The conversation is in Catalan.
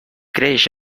creix